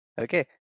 Okay